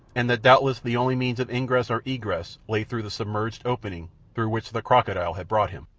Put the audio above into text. and that doubtless the only means of ingress or egress lay through the submerged opening through which the crocodile had brought him.